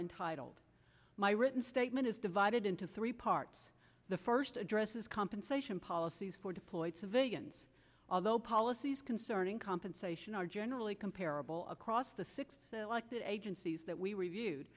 entitled my written statement is divided into three parts the first address is compensation policies for deployed civilians although policies concerning compensation are generally comparable across the six selected agencies that we reviewed